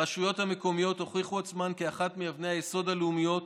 הרשויות המקומיות הוכיחו עצמן כאחת מאבני היסוד הלאומיות